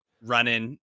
running